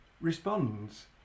responds